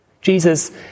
Jesus